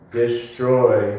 destroy